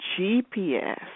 GPS